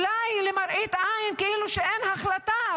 אולי למראית עין כאילו שאין החלטה,